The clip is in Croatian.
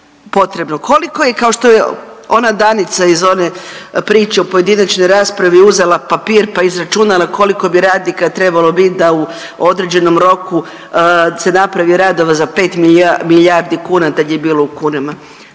Koliko je, kao što je ona Danica iz one priče o pojedinačnoj raspravi uzela papir pa izračunala koliko bi radnika trebalo bit da u određenom roku se napravi radova za 5 milijardi kuna, tad je bilo u kunama?